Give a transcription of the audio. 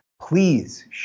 Please